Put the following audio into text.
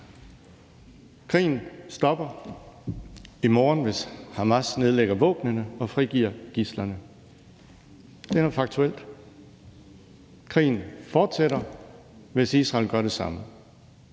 Krigen stopper i morgen, hvis Hamas nedlægger våbnene og frigiver gidslerne. Det er faktuelt. Krigen fortsætter, hvis Israel ikke gør det samme.